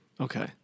Okay